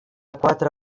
quatre